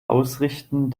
ausrichten